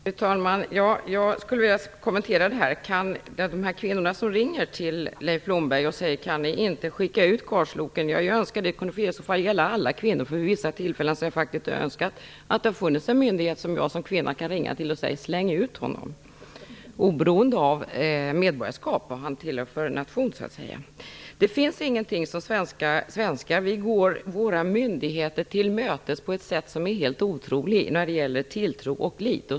Fru talman! Jag skulle vilja göra en kommentar rörande de här kvinnorna som ringer till Leif Blomberg och säger: Kan ni inte skicka ut karlsloken? Jag önskar att det i så fall kunde gälla alla kvinnor. Vid vissa tillfällen har jag faktiskt önskat att det hade funnits en myndighet som jag som kvinna kunnat ringa till och säga: Släng ut honom! Det skulle vara oberoende av vilken nation han tillhör. Det finns ingen som är som vi svenskar. Vi går våra myndigheter till mötes på ett sätt som är helt otroligt när det gäller tilltro och lit.